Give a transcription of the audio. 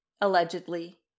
allegedly